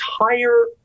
entire